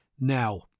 now